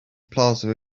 plaza